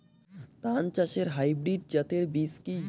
ধান চাষের হাইব্রিড জাতের বীজ কি?